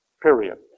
period